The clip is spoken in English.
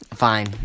Fine